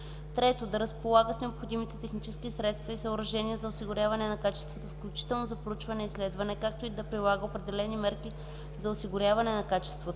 3. да разполага с необходимите технически средства и съоръжения за осигуряване на качеството, включително за проучване и изследване, както и да прилага определени мерки за осигуряване на качеството;